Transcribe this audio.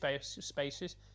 spaces